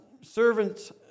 servants